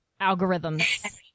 Algorithms